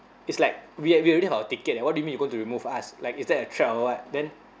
it's like we we already have our ticket eh what do you mean you going to remove us like is that a threat or what then